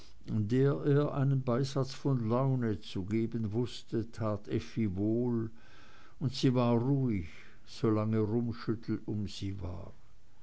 der er einen beisatz von laune zu geben wußte tat effi wohl und sie war ruhig solange rummschüttel um sie war